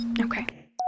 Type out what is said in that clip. Okay